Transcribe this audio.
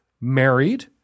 married